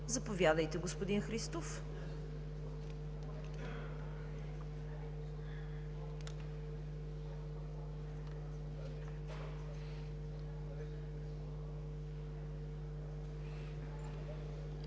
заповядайте, господин Христов.